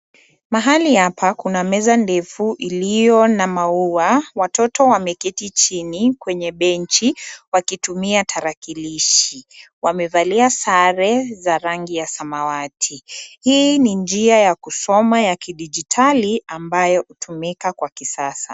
Mahali hapa kuna meza ndefu ilio na maua watoto wameketi chini kwenye benchi wakitumia tarakilishi. Wamevalia sare za rangi ya samawati hii ni njia ya kusoma ya kidigitali ambayo hutumika kwa kisasa.